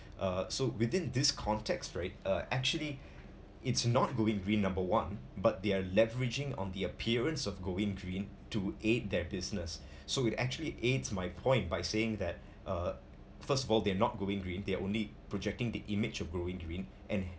uh so within this context right uh actually it's not going green number one but their leveraging on the appearance of going green to aid their business so it actually aids my point by saying that uh first of all they're not going green they're only projecting the image of growing green and